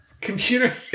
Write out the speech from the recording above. computer